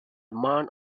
month